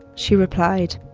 she replied,